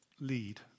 lead